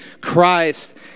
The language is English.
Christ